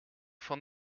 van